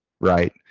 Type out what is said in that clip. Right